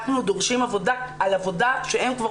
אנחנו דורשים עבודה על עבודה שהן כבר